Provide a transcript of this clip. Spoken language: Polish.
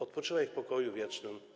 Odpoczywaj w pokoju wiecznym.